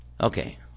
Okay